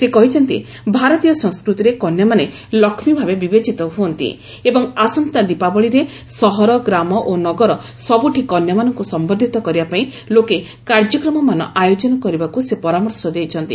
ସେ କହିଛନ୍ତି ଭାରତୀୟ ସଂସ୍କୃତିରେ କନ୍ୟାମାନେ ଲକ୍ଷ୍ମୀ ଭାବେ ବିବେଚିତ ହୁଅନ୍ତି ଏବଂ ଆସନ୍ତା ଦୀପାବଳିରେ ସହର ଗ୍ରାମ ଓ ନଗର ସବୁଠି କନ୍ୟାମାନଙ୍କୁ ସମ୍ଭର୍ଦ୍ଧିତ କରିବା ପାଇଁ ଲୋକେ କାର୍ଯ୍ୟକ୍ରମମାନ ଆୟୋଜନ କରିବାକୁ ସେ ପରାମର୍ଶ ଦେଇଛନ୍ତି